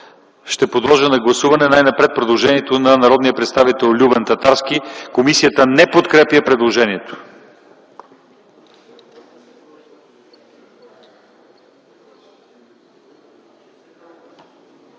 Ще подложа на гласуване най-напред предложението на народния представител Любен Татарски. Комисията не подкрепя предложението.